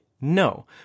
No